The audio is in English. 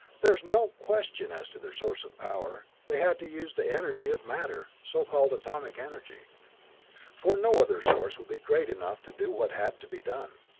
there is no question as to their source of power they had to use the energy of matter so called atomic energy for no other source would be great enough to do what had to be done.